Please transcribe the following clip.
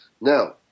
Now